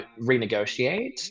renegotiate